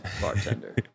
bartender